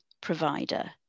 provider